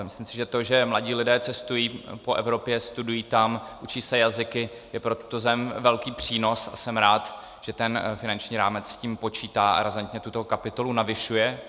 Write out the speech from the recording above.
Myslím si, že to, že mladí lidé cestují po Evropě, studují tam, učí se jazyky, je pro tuto zem velký přínos, a jsem rád, že finanční rámec s tím počítá a razantně tuto kapitolu navyšuje.